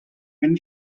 been